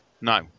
No